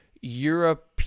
Europe